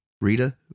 Rita